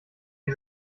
ich